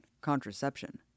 contraception